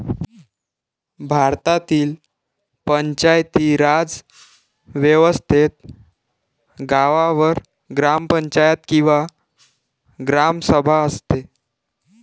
भारतातील पंचायती राज व्यवस्थेत गावावर ग्रामपंचायत किंवा ग्रामसभा असते